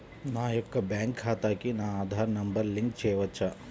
నా యొక్క బ్యాంక్ ఖాతాకి నా ఆధార్ నంబర్ లింక్ చేయవచ్చా?